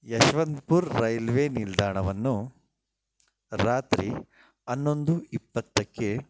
Yeshwantpur railway ನಿಲ್ದಾಣವನ್ನು ರಾತ್ರಿ ಹನ್ನೊಂದು ಇಪ್ಪತ್ತಕ್ಕೆ